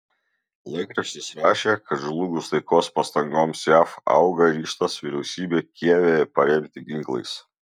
laikraštis rašė kad žlugus taikos pastangoms jav auga ryžtas vyriausybę kijeve paremti ginklais